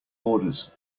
orders